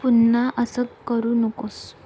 पुन्हा असं करू नकोस